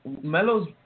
Melo's